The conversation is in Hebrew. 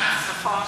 מקובל, אם אין שר,